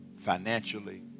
financially